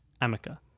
Amica